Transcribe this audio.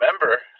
remember